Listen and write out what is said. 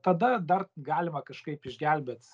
tada dar galima kažkaip išgelbėt